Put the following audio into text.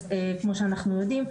אז כמו שאנחנו יודעים,